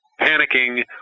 panicking